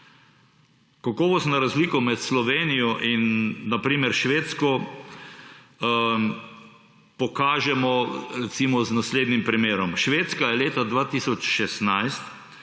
Kakovostna razlika med Slovenijo in na primer s Švedsko pokažemo, recimo, z naslednjim primerom. Švedska je leta 2016